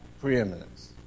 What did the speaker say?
preeminence